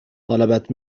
طلبت